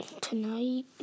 tonight